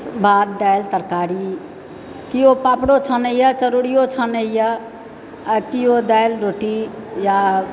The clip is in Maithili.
भात दालि तरकारी केओ पापड़ो छानैए चरौरियो छानैए आओर केओ दालि रोटी या